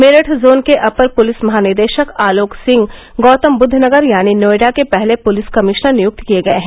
Meerut zone के अपर police महानिदेशक आलोक सिंह गौतमबुद्वनगर यानी नोएडा के पहले पुलिस कमिश्नर नियुक्त किये गये हैं